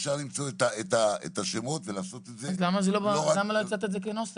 אפשר למצוא את השמות ולעשות את זה -- אז למה לא הצעת את זה כנוסח?